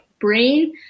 brain